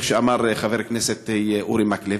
כמו שאמר חבר הכנסת אורי מקלב.